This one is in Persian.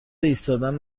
ایستادن